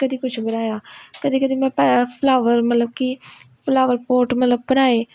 ਕਦੇ ਕੁਝ ਬਣਾਇਆ ਕਦੇ ਕਦੇ ਮੈਂ ਫਲਾਵਰ ਮਤਲਬ ਕਿ ਫਲਾਵਰ ਪੋਟ ਮਤਲਬ ਬਣਾਏ